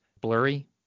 blurry